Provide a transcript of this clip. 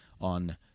on